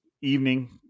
evening